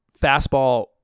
fastball